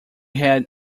had